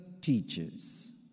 teachers